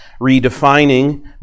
redefining